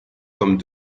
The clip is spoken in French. comme